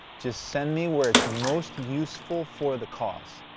just send me where it's most useful for the cause.